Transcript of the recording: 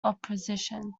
opposition